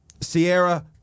Sierra